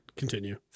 continue